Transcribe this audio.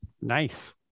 Nice